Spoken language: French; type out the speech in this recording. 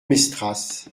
mestras